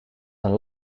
een